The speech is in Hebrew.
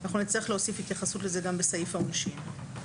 נצטרך להוסיף התייחסות לזה גם בסעיף העונשין.